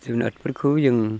जुनादफोरखौ जों